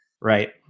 Right